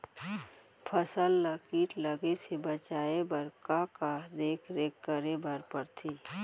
फसल ला किट लगे से बचाए बर, का का देखरेख करे बर परथे?